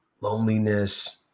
loneliness